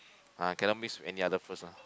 ah cannot mix with any other fruits ah